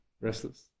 restless